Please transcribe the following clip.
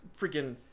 Freaking